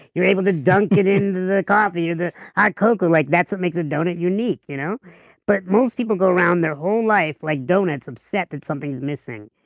you're able to dunk it into the coffee or the hot cocoa, like that's what makes a donut unique you know but most people go around their whole life like donuts, upset that something's missing.